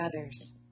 others